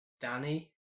Danny